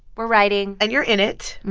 we're writing and you're in it,